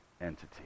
entity